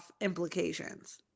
implications